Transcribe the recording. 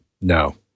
no